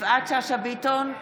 יפעת שאשא ביטון,